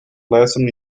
lesson